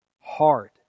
hard